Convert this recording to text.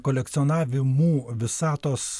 kolekcionavimų visatos